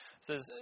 says